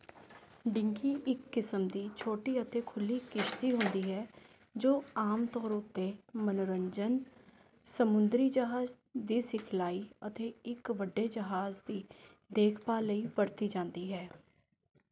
ਡਿੰਗੀ ਇੱਕ ਕਿਸਮ ਦੀ ਛੋਟੀ ਅਤੇ ਖੁੱਲੀ ਕਿਸ਼ਤੀ ਹੁੰਦੀ ਹੈ ਜੋ ਆਮ ਤੌਰ ਉੱਤੇ ਮਨੋਰੰਜਨ ਸਮੁੰਦਰੀ ਜਹਾਜ਼ ਦੀ ਸਿਖਲਾਈ ਅਤੇ ਇੱਕ ਵੱਡੇ ਜਹਾਜ਼ ਦੀ ਦੇਖਭਾਲ ਲਈ ਵਰਤੀ ਜਾਂਦੀ ਹੈ